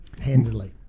handily